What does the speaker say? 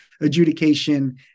adjudication